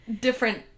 different